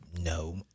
No